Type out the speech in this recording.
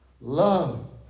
Love